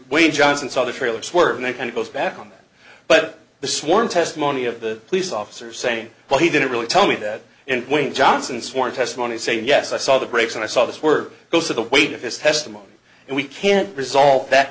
way johnson saw the trailer swerve and they kind of goes back on that but the sworn testimony of the police officer saying well he didn't really tell me that and wayne johnson sworn testimony saying yes i saw the brakes and i saw this were those are the weight of his testimony and we can resolve that